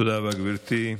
תודה רבה, גברתי.